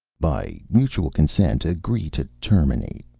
by mutual consent, agree to terminate.